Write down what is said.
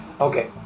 okay